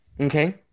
Okay